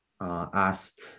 asked